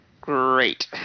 great